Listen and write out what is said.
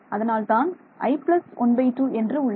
அதனால் தான் i 12 என்று உள்ளது